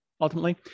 ultimately